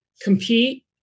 Compete